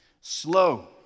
slow